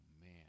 man